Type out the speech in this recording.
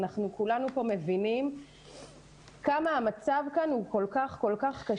אנחנו כולנו פה מבינים כמה המצב כאן הוא כל כך קשה,